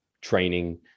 training